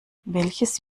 welches